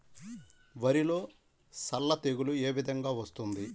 వరిలో సల్ల తెగులు ఏ విధంగా వస్తుంది?